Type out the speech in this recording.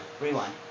rewind